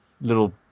little